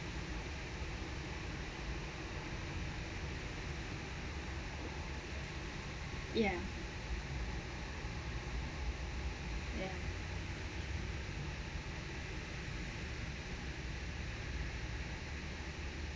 ya